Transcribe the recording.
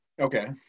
Okay